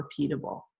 repeatable